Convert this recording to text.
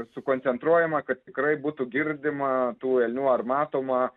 sukoncentruojama kad tikrai būtų girdima tų elnių ar matoma